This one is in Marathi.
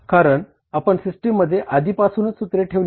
कारण आपण सिस्टममध्ये आधीपासूनच सूत्रे ठेवली आहेत